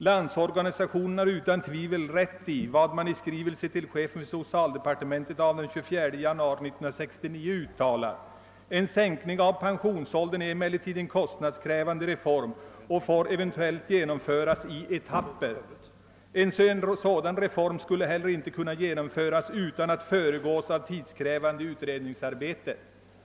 Landsorganisationen har utan tvivel rätt i vad man i skrivelse till chefen för socialdepartementet den 24 januari 1969 uttalar: ”En sänkning av pensionsåldern är emellertid en kost nadskrävande reform och får eventuellt genomföras i etapper. En sådan reform skulle inte heller kunna genomföras utan att föregås av tidskrävande utredningsarbete.